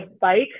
bike